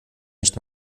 nicht